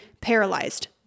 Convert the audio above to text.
paralyzed